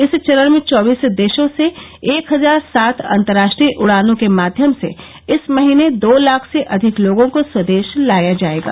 इस चरण में चौबीस देशों से एक हजार सात अंतर्राष्ट्रीय उडानों के माध्यम से इस महीने दो लाख से अधिक लोगों को स्वदेश लाया जाएगा